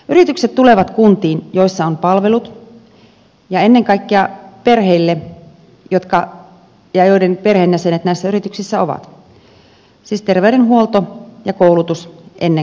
yritykset tulevat kuntiin joissa on palvelut ennen kaikkea perheille joiden perheenjäsenet näissä yrityksissä ovat siis terveydenhuolto ja koulutus ennen kaikkea